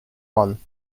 one